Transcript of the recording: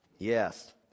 yes